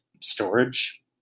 storage